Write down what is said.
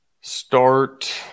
Start